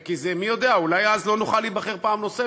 כי מי יודע, אולי אז לא נוכל להיבחר פעם נוספת.